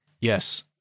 Yes